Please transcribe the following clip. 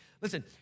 Listen